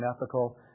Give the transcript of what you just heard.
unethical